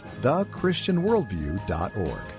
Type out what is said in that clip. thechristianworldview.org